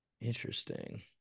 Interesting